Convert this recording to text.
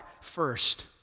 first